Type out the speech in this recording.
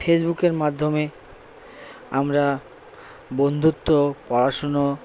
ফেসবুকের মাধ্যমে আমরা বন্ধুত্ব পড়াশুনো